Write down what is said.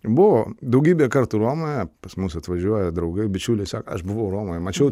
buvo daugybę kartų romoje pas mus atvažiuoja draugai bičiuliai sako aš buvau romoje mačiau